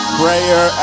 prayer